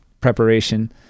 preparation